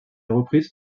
reprises